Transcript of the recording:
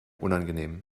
unangenehm